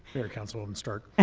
fair, councilwoman stark.